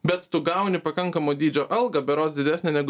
bet tu gauni pakankamo dydžio algą berods didesnę negu